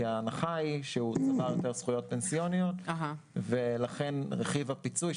כי ההנחה היא שהוא צבר יותר זכויות פנסיוניות ולכן רכיב הפיצוי,